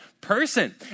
person